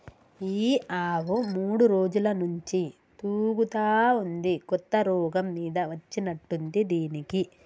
ఈ ఆవు మూడు రోజుల నుంచి తూగుతా ఉంది కొత్త రోగం మీద వచ్చినట్టుంది దీనికి